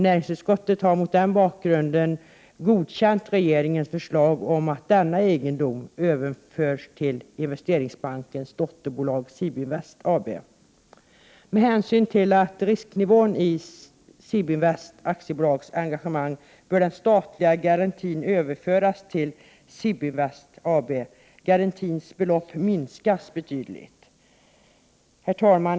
Näringsutskottet har mot den bakgrunden godkänt regeringens förslag om att denna egendom överförs till Investeringsbankens dotterbolag SIB-Invest AB. Med hänsyn till risknivån i SIB-Invest AB:s engagemang bör den statliga garantin överföras till SIB-Invest AB. Garantins belopp minskas betydligt. Herr talman!